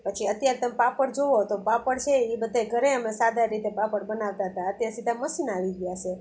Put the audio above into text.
પછી અત્યારે તમે પાપડ જુઓ તો પાપડ છે એ બધાંય ઘરે અમે સાદા રીતે પાપડ બનાવતા હતા અત્યારે સીધા મશીન આવી ગયા છે